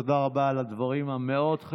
תודה רבה על הדברים המאוד-חשובים.